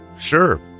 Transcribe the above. Sure